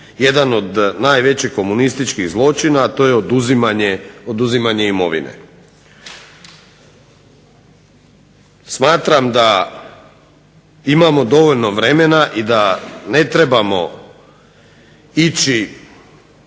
jedan od najvećih komunističkih zločina, a to je oduzimanje imovine. Smatram da imamo dovoljno vremena i da ne trebamo ići